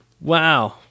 wow